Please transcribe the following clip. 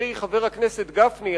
חברי חבר הכנסת גפני,